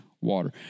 water